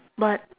but